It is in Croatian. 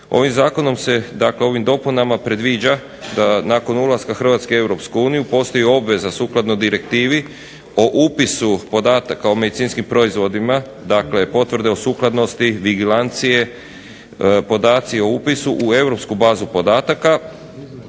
Ovim Zakonom se, dakle ovim dopunama predviđa da nakon ulaska Hrvatske u Europsku uniju postoji obveza sukladno direktivi o upisu podataka o medicinskim proizvodima. Dakle, potvrde o sukladnosti, digilancije, podaci o upisu u europsku bazu podataka.